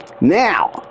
Now